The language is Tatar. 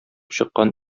чыккан